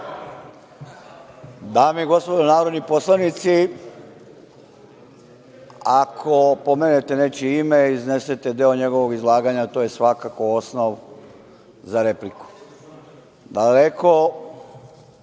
Dame i gospodo narodni poslanici, ako spomenete nečije ime, iznesete deo njegovog izlaganja to je svakako osnov za repliku, daleko